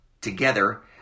together